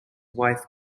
wife